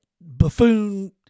buffoon